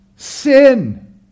Sin